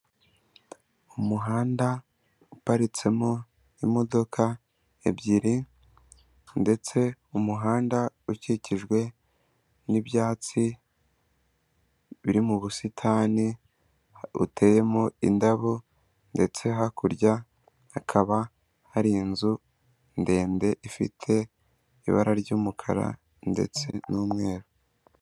Umuhanda uparitsemo imodoka ebyiri ndetse umuhanda ukikijwe n'ibyatsi biri mu busitani buteyemo indabo ndetse hakurya hakaba hari inzu ndende ifite ibara ry'umukara ndetse n'umweru.